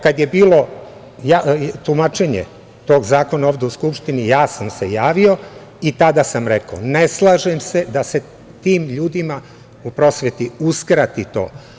Kad je bilo tumačenje tog Zakona u Skupštini ja sam se javio i tada sam rekao – ne slažem se da se tim ljudima u prosveti uskrati to.